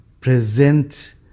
present